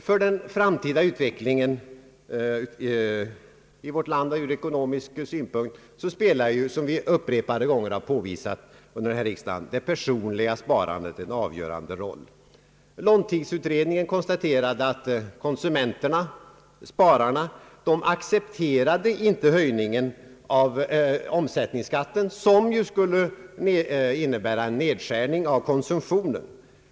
För den framtida utvecklingen i vårt land ur ekonomisk synvinkel spelar, som vi upprepade gånger har påvisat under denna riksdag, det personliga sparandet en avgörande roll. Långtidsutredningen konstaterade att konsumenterna — spararna — inte reagerade mot höjningen av omsättningsskatten på avsett sätt. Den skulle ju leda till en nedskärning av konsumtionen.